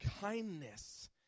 kindness